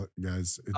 guys